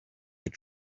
your